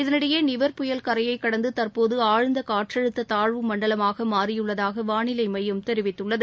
இதனிடையே நிவர் புயல் கரையை கடந்து தற்போது ஆழ்ந்த் காற்றழுத்த தாழ்வு மண்டலமாக மாறியுள்ளதாக வானிலை மையம் தெரிவித்துள்ளது